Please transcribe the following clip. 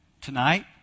Tonight